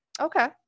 Okay